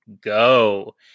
go